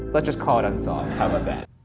let's just call it unsolved, how about that?